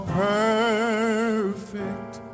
perfect